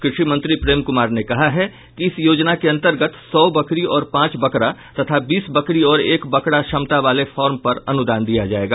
कृषि मंत्री प्रेम कुमार ने कहा है कि इस योजना के अन्तर्गत सौ बकरी और पांच बकरा तथा बीस बकरी और एक बकरा क्षमता वाले फॉर्म पर अनुदान दिया जायेगा